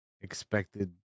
expected